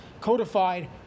codified